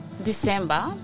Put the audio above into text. December